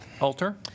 Alter